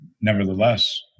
nevertheless